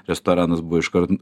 restoranas buvo iškart